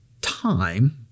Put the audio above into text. time